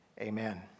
amen